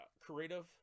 creative